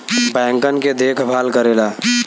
बैंकन के देखभाल करेला